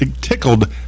tickled